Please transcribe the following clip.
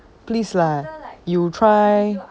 please lah you try